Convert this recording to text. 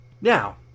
now